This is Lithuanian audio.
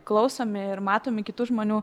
klausomi ir matomi kitų žmonių